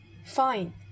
fine